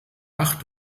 acht